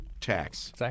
tax